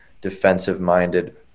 defensive-minded